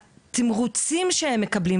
בתמרוצים שהם מקבלים,